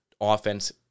offense